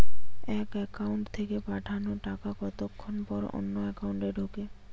এক একাউন্ট থেকে পাঠানো টাকা কতক্ষন পর অন্য একাউন্টে ঢোকে?